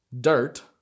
dirt